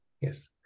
Yes